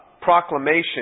proclamation